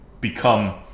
become